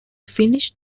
finished